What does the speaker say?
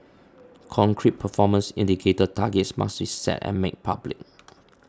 concrete performance indicator targets must be set and made public